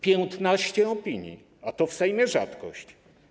15 opinii, a to w Sejmie rzadkość.